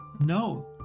No